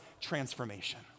transformation